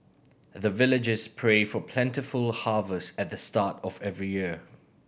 the villagers pray for plentiful harvest at the start of every year